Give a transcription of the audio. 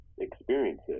experiences